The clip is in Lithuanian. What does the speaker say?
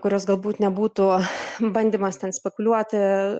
kurios galbūt nebūtų bandymas ten spekuliuoti